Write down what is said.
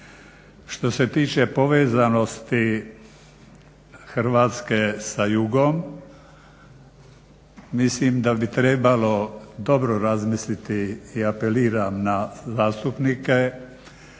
Što se tiče povezanosti Hrvatske sa jugom mislim da bi trebalo dobro razmisliti i apeliram na zastupnike